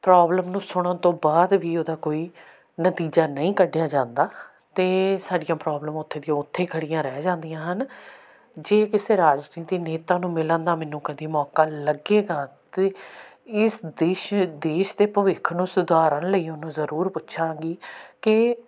problem ਨੂੰ ਸੁਣਨ ਤੋਂ ਬਾਅਦ ਵੀ ਉਹਦਾ ਕੋਈ ਨਤੀਜਾ ਨਹੀਂ ਕੱਢਿਆ ਜਾਂਦਾ ਅਤੇ ਸਾਡੀਆਂ ਪ੍ਰੋਬਲਮ ਉੱਥੇ ਦੀਆਂ ਉੱਥੇ ਖੜ੍ਹੀਆਂ ਰਹਿ ਜਾਂਦੀਆਂ ਹਨ ਜੇ ਕਿਸੇ ਰਾਜਨੀਤੀ ਨੇਤਾ ਨੂੰ ਮਿਲਣ ਦਾ ਮੈਨੂੰ ਕਦੀ ਮੌਕਾ ਲੱਗੇਗਾ ਤਾਂ ਇਸ ਦੇਸ਼ ਦੇਸ਼ ਦੇ ਭਵਿੱਖ ਨੂੰ ਸੁਧਾਰਨ ਲਈ ਉਹਨੂੰ ਜ਼ਰੂਰ ਪੁੱਛਾਂਗੀ ਕਿ